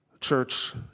church